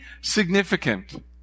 significant